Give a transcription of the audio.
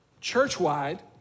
church-wide